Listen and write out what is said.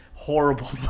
Horrible